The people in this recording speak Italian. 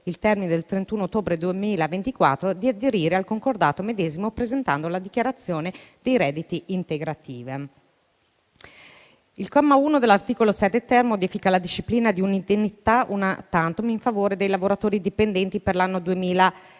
il termine del 31 ottobre 2024, di aderire al concordato medesimo presentando la dichiarazione dei redditi integrativa. Il comma 1 dell'articolo 7-*ter* modifica la disciplina di un'indennità *una tantum* in favore dei lavoratori dipendenti per l'anno 2024: